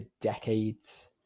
decades